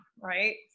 right